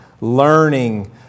learning